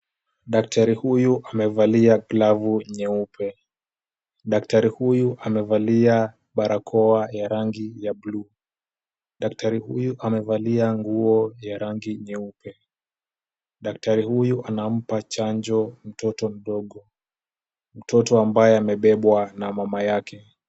Daktari huyu amevalia glavu nyeupe. Daktari huyu amevalia barakoa ya rangi ya blue . Daktari huyu amevalia nguo ya rangi nyeupe. Daktari huyu anampa chanjo mtoto mdogo, mtoto ambaye amebebwa na mama yake.